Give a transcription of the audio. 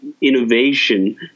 innovation